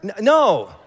No